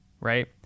right